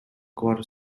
quarter